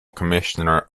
commissioner